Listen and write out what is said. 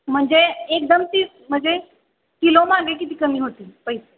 म्हणजे एकदम ती म्हणजे किलोमागे किती कमी होतील पैसे